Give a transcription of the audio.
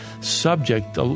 subject